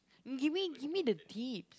you give me give me the tips